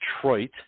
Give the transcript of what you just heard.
Detroit